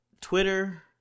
Twitter